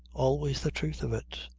always the truth of it.